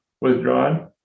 withdrawn